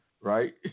right